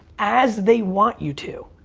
as they want you to.